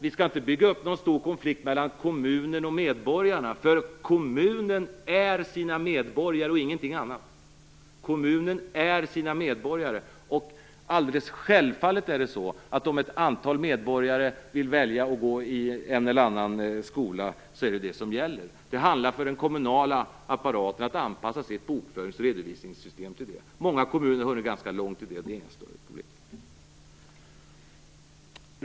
Vi skall inte bygga upp någon stor konflikt mellan kommunerna och medborgarna, för kommunen är sina medborgare och ingenting annat. Kommunen är sina medborgare, och alldeles självfallet är det så att om ett antal medborgare vill välja att gå i en eller annan skola är det det som gäller. Det handlar för den kommunala apparaten om att anpassa sitt bokförings och redovisningssystem till det. Många kommuner har hunnit ganska långt i det, och det innebär inga större problem.